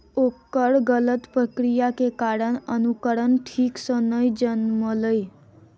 ओकर गलत प्रक्रिया के कारण अंकुरण ठीक सॅ नै जनमलै